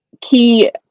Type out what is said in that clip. key